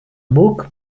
book